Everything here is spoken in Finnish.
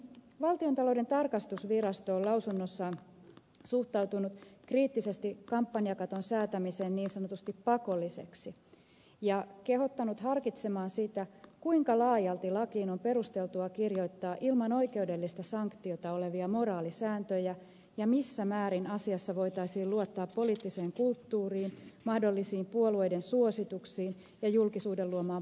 valtiontalouden tarkastusvirasto on lausunnossaan suhtautunut kriittisesti kampanjakaton säätämiseen niin sanotusti pakolliseksi ja kehottanut harkitsemaan sitä kuinka laajalti lakiin on perusteltua kirjoittaa ilman oikeudellista sanktiota olevia moraalisääntöjä ja missä määrin asiassa voitaisiin luottaa poliittiseen kulttuuriin mahdollisiin puolueiden suosituksiin ja julkisuuden luomaan paineeseen